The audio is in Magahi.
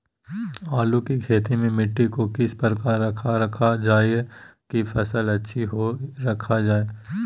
आलू की खेती में मिट्टी को किस प्रकार रखा रखा जाए की फसल अच्छी होई रखा जाए?